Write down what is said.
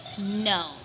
No